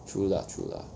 true lah true lah